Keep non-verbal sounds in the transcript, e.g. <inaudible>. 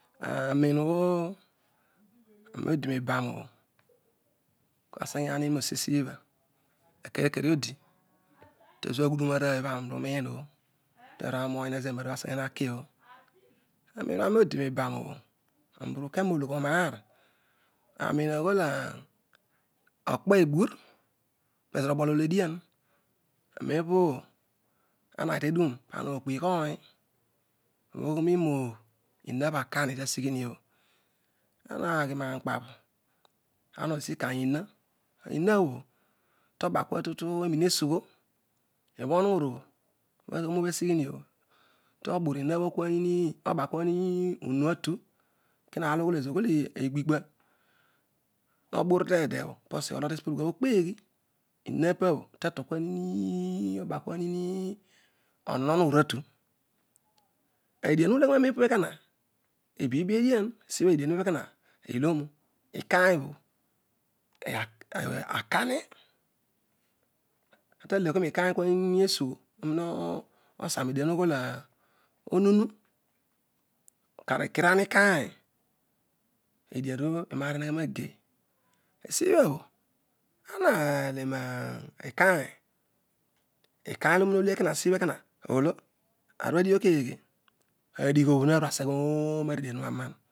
Aamen obho oholodi nibaro obho aseghiahimi asi siibha akere kere odi to sio aghudere ahooy ebho anni aruroin obho taruareoghoyan ezo ekaneroory obho aseghe hakio bho aroeh aayo odiroibaro obho anike bologhoro naar arer arein aghool ekpo ebuur mezolo obol ole edian anen opobho ara aghi teduni para okpo ighooi ina akoni terighiniobho anaghi raa mukpabh ana osiikaya ina inabho toba kuatutu eroine sugho ibha ohulor obho bho opabhii asighihwbho tobur ma bho kuanmi obakua ninikm kima oro ughoi egbigba toburteede bho poseghe ologh tesiopobho di kuabho okpeghi malpabhi teto kuamiu obakuawii ohoh owuur atu edhaii aroehopobho ekoha ibiibi edian edian ipa kana llopu, ikai obho <unintelligible> akani eh talekua nikain kuatutuuuu esugho onina osa nedian ololehool ommul akaa ikiram okany edian olo iroaaiheghe makeny esibha bho ana ale ma ikanu, ikana ole orol hole sibhabho ekona olo ara obho adighiobho keghe? Adigho bho natuaseghe rooor aridian obho anan,